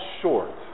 short